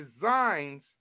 designs